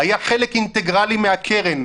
היה חלק אינטגרלי מהקרן.